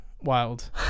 wild